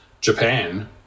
Japan